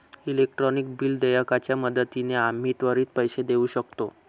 electronic bill देयकाच्या मदतीने आम्ही त्वरित पैसे देऊ शकतो